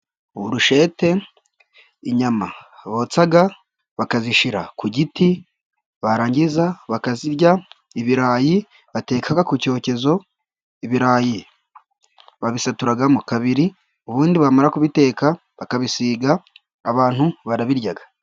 Burushete inyama botsa bakazishira ku giti barangiza bakazirya. Ibirayi bateka ku cyokezo, ibirayi babisaturamo kabiri, ubundi bamara kubiteka bakabisiga, abantu barabirya.